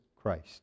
Christ